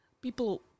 people